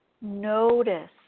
notice